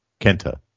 Kenta